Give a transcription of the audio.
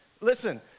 Listen